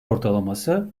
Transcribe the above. ortalaması